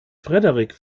frederik